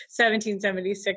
1776